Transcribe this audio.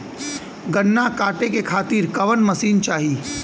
गन्ना कांटेके खातीर कवन मशीन चाही?